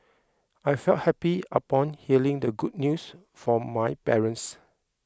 I felt happy upon hearing the good news from my parents